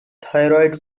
thyroid